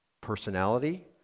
personality